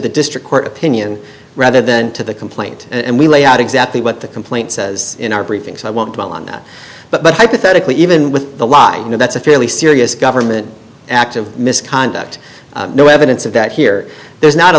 the district court opinion rather than to the complaint and we lay out exactly what the complaint says in our briefings i want on that but hypothetically even with the law you know that's a fairly serious government act of misconduct no evidence of that here there's not a